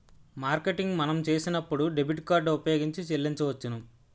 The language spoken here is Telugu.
మార్కెటింగ్ మనం చేసినప్పుడు డెబిట్ కార్డు ఉపయోగించి చెల్లించవచ్చును